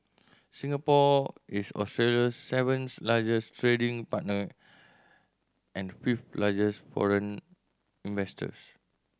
Singapore is Australia's seventh largest trading partner and fifth largest foreign investors